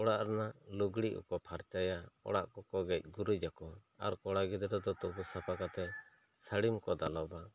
ᱚᱲᱟᱜ ᱨᱮᱱᱟᱜ ᱞᱩᱜᱽᱲᱤᱠ ᱠᱚᱠᱚ ᱯᱷᱟᱨᱪᱟᱭᱟ ᱚᱲᱟᱜ ᱠᱚᱠᱚ ᱜᱮᱡ ᱜᱩᱨᱤᱡᱟᱠᱚ ᱟᱨ ᱠᱚᱲᱟ ᱜᱤᱫᱽᱨᱟᱹ ᱠᱚ ᱫᱚ ᱫᱚᱛᱚ ᱠᱚ ᱥᱟᱯᱷᱟ ᱠᱟᱛᱮᱜ ᱥᱟᱹᱲᱤᱢ ᱠᱚ ᱫᱟᱞᱚᱵᱟ